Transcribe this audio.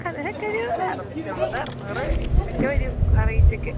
അതിനൊക്കെ ഒരു അറുനീറ്റി അമ്പത് അറുന്നൂറ് ഒക്കെ വരും ആ റേറ്റൊക്കെ